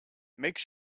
make